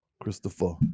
Christopher